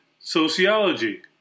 sociology